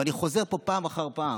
ואני חוזר פה פעם אחר פעם: